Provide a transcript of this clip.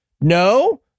No